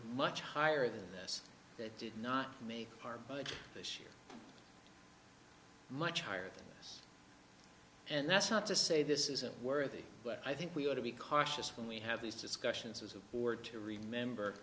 much higher than this that did not make our budget this year much higher than this and that's not to say this isn't worth it but i think we ought to be cautious when we have these discussions as a war to remember